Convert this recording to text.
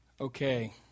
Okay